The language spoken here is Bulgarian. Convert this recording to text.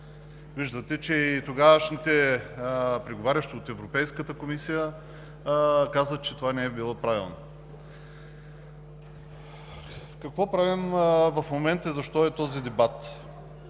Виждате, че и тогавашните преговарящи от Европейската комисия казват, че това не е било правилно. Какво правим в момента и защо е този дебат?